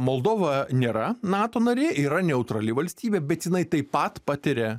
moldova nėra nato narė ji yra neutrali valstybė bet jinai taip pat patiria